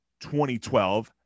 2012